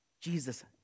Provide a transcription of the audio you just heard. Jesus